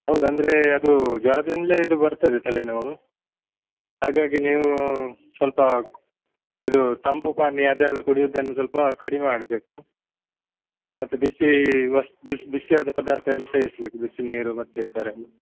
ಹೌದು ಅಂದರೆ ಅದು ಜ್ವರದಿಂದಲೇ ಇದು ಬರ್ತದೆ ತಲೆನೋವು ಹಾಗಾಗಿ ನೀವು ಸ್ವಲ್ಪ ಇದು ತಂಪು ಪಾನೀಯ ಅದೆಲ್ಲ ಕುಡಿಯೋದನ್ನು ಸ್ವಲ್ಪ ಕಡಿಮೆ ಮಾಡಬೇಕು ಮತ್ತು ಬಿಸಿ ವಸ್ತು ಬಿಸಿಯಾದ ಪದಾರ್ಥ ಎಲ್ಲ ಸೇವಿಸಬೇಕು ಬಿಸಿನೀರು ಮತ್ತು ಈ ಥರ ಎಲ್ಲ